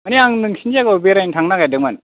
मानि आं नोंसोरनि जायगाआव बेरायनो थांनो नागेरदोंमोन